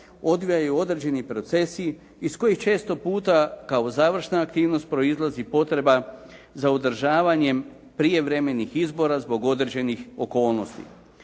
odvijaju određeni procesi iz kojih često puta kao završna aktivnost proizlazi potreba za održavanjem prijevremenih izbora zbog određenih okolnosti.